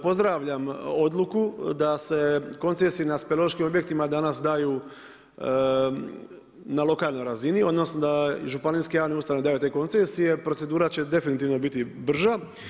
Pozdravljam odluku da se koncesiju na speleološkim objektima danas daju na lokalnoj razini, odnosno da županijske javne ustanove daju te koncesije, procedura će definitivno biti brža.